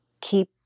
Keep